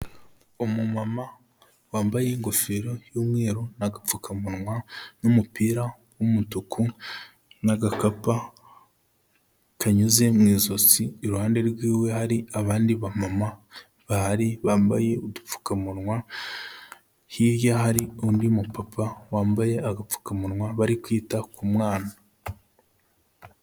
Umu mama wambaye ingofero y'umweru na agapfukamunwa n'umupira w'umutuku n'agakapu kanyuze mu ijosi, iruhande rw'iwe hari abandi ba mama bahari bambaye udupfukamunwa. Hirya hari undi mupapa wambaye agapfukamunwa, bari kwita ku mwana.